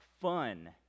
fun